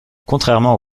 contrairement